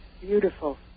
beautiful